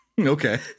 Okay